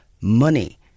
money